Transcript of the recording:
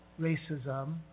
racism